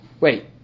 Wait